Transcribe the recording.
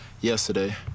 yesterday